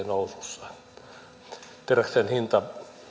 nousussa teräksen hinta